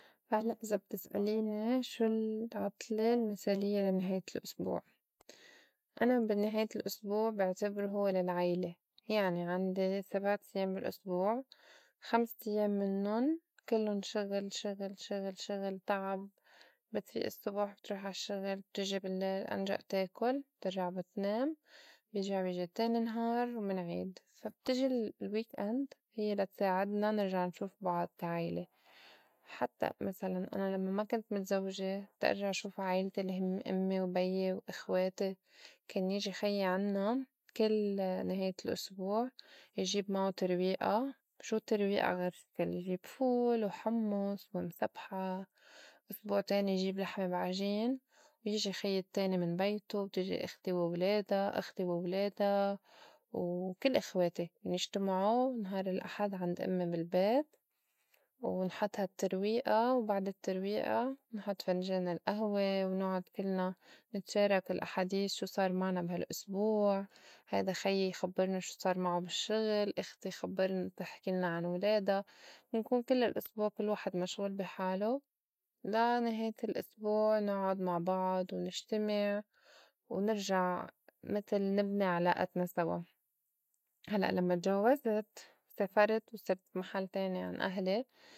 هلّأ إذا بتسأليني شو العُطلة المِساليّة لا نِهاية الأسبوع؟ أنا بي نهاية الأسبوع بعتبرو هوّ للعيلة يعني عندي سبع تيّام بالأسبوع خمسة تيّام منُّن كلُّن شغل شغل شغل شغل تعب، بتفيئي الصّبح بتروح عالشّغل، بتيجي باللّيل أنجأ تاكُل بترجع بتنام، بيرجع بيجي تاني نهار ومنعيد، فا بتيحي ال weakened هيّ لتساعدنا نرجع نشوف بعض كا عيلة. حتّى مسلاً أنا لمّا ما كنت متزوجة بدّي إرجع شوف أمي وبيي وإخواتي كان يجي خيي عنّا كل نهاية الأسبوع يجيب معو ترويئة شو ترويئة غير شكل يجيب فول وحمُّص ومسبْحة واسبوع تاني يجيب لحم بعجين ويجي خي التاني من بيتو وتجي إختي وولادا إختي وولادا وكل إخواتي بيجتمعو نهار الأحد عند أمّي بالبيت ونحط هالتّرويئة وبعد الترويئة نحط فنجان الئهوة ونعُد كلنا نتشارك الأحاديث شو صار معنا بي هالأسبوع، هيدا خيّ يخبّرنا شوصار معو بالشّغل، إختي تخبّرنا تحكيلنا عن ولادا، نكون كل الأسبوع كل واحد مشغول بي حالو لا نِهاية الأسبوع نعُّد مع بعض ونجتمع ونرجع متل نبني علائتنا سوا، هلّأ لمّا اتجوّزت وسافرت وصرت محل تاني عن أهلي.